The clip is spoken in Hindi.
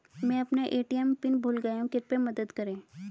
मैं अपना ए.टी.एम पिन भूल गया हूँ कृपया मदद करें